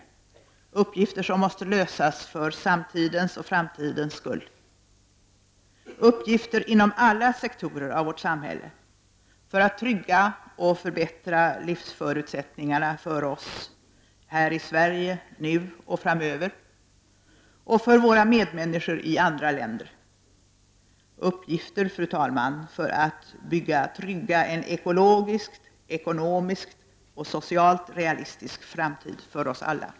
Det är uppgifter som måste lösas för samtidens och framtidens skull, uppgifter inom alla sektorer av vårt samhälle för att trygga och förbättra livsförutsättningarna för oss här i Sverige nu och framöver och för våra medmänniskor i andra länder, uppgifter för att trygga en ekologiskt, ekonomiskt och socialt realistisk framtid för oss alla.